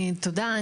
תודה,